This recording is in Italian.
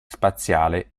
spaziale